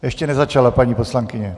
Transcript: Ještě nezačala paní poslankyně.